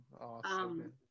Awesome